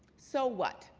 so what,